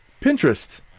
Pinterest